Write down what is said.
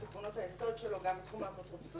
עקרונות היסוד שלו גם בתחום האפוטרופסות